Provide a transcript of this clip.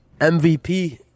MVP